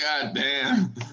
Goddamn